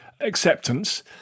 acceptance